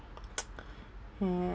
hmm